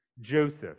Joseph